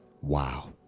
Wow